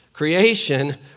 Creation